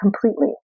completely